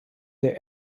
der